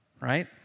right